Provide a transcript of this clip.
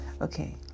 Okay